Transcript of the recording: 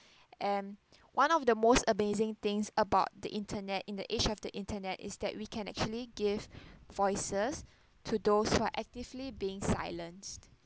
and one of the most amazing things about the internet in the age of the internet is that we can actually give voices to those who are actively being silenced